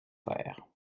faire